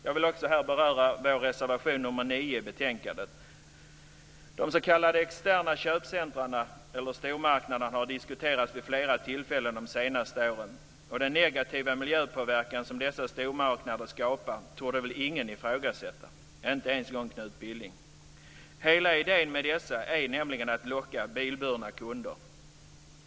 Jag vill här också beröra vår reservation 9 i betänkandet. De s.k. externa köpcentrumen, eller stormarknaderna, har diskuterats vid flera tillfällen under de senaste åren. Och den negativa miljöpåverkan som dessa stormarknader skapar torde väl ingen ifrågasätta, inte ens Knut Billing. Hela idén med dessa är nämligen att locka bilburna kunder.